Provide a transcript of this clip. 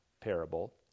parable